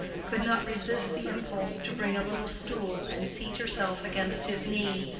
could not resist the impulse to bring a little stool and seat herself against his knee,